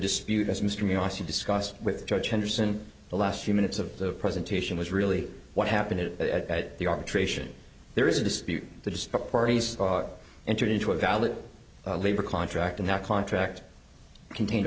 you discuss with judge henderson the last few minutes of the presentation was really what happened is that the arbitration there is a dispute that is entered into a valid labor contract and that contract contained